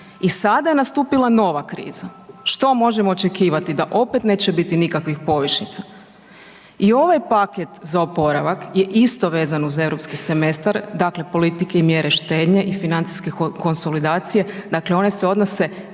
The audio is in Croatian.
I sada je nastupila nova kriza. Što možemo očekivati? Da opet neće biti nikakvih povišica. I ovaj paket za oporavak je isto vezan uz europski semestar, dakle politike i mjere štednje i financijske konsolidacije, dakle one se odnose